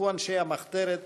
נחשפו אנשי המחתרת,